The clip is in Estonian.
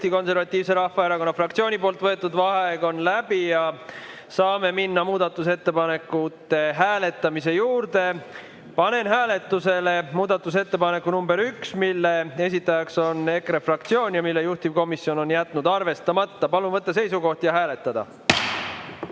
Eesti Konservatiivse Rahvaerakonna fraktsiooni võetud vaheaeg on läbi ja me saame minna muudatusettepanekute hääletamise juurde. Panen hääletusele muudatusettepaneku nr 1, mille esitaja on EKRE fraktsioon ja mille juhtivkomisjon on jätnud arvestamata. Palun võtta seisukoht ja hääletada!